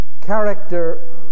character